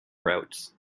routes